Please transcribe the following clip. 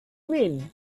mean